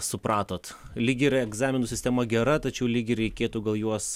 supratot lyg ir egzaminų sistema gera tačiau lyg ir reikėtų gal juos